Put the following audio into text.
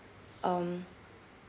um